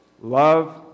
love